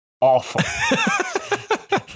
awful